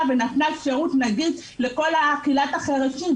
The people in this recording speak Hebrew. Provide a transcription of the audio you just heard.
ונתנה שירות נגיש לכל קהילת החירשים.